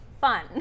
fun